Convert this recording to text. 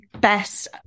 best